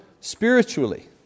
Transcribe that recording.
spiritually